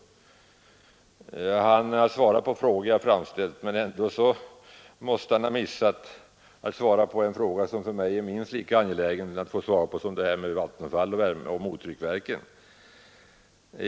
Industriministern har också här svarat på de frågor jag framställde, men han måste ha missat svaret på en fråga som för mig är minst lika angelägen som frågan om Vattenfall och mottryckskraftverken.